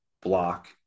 block